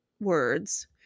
words